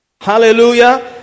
Hallelujah